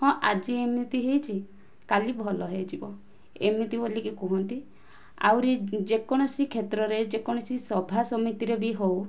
ହଁ ଆଜି ଏମିତି ହୋଇଛି କାଲି ଭଲ ହୋଇଯିବ ଏମିତି ବୋଲିକି କୁହନ୍ତି ଆହୁରି ଯେ କୌଣସି କ୍ଷେତ୍ରରେ ଯେ କୌଣସି ସଭା ସମିତିରେ ବି ହେଉ